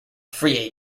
free